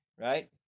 Right